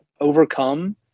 overcome